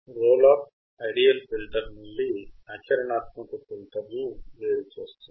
role of ideal filter నుండి ఆచరణాత్మక filter ను వేరు చేస్తుంది